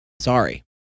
Sorry